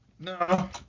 No